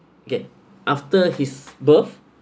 get after his birth